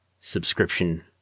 subscription